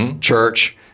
church